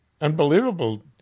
unbelievable